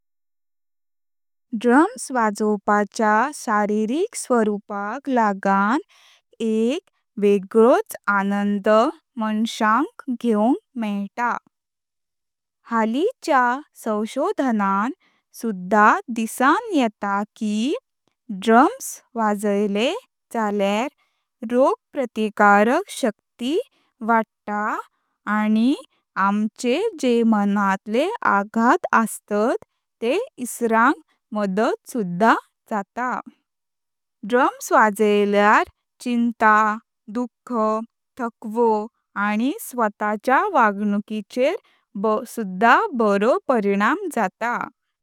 ड्रम्स वाजवपाच्या शारीरिक स्वरूपाक लागत एक वेगळोच आनंद माणसांक घेवक मेळता। हाळीच्या संशोधनान सुद्धा दिसन येता कि ड्रम्स वाजयले झाल्यार रोग प्रतिकारक शक्ती वाढता आनी आमचे जे मानातले आघात असतात तेइसरांक मदद सुद्धा जाता, ड्रम्स वाजयल्यार चिंता, दुख्ख, थकवो, आनी स्वताच्या वागणुकीचेर सुद्धा बरो परिणाम जाता।